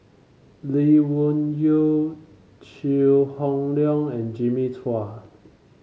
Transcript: Lee Wung Yew Chew Hock Leong and Jimmy Chua